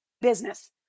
business